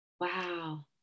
Wow